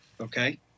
okay